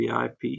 VIP